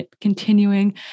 continuing